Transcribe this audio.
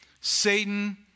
Satan